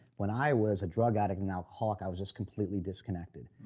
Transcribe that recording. when i was a drug addict and alcoholic i was just completely disconnected.